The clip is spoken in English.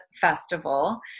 festival